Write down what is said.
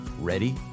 Ready